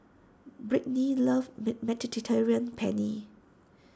Brittnee loves mid Mediterranean Penne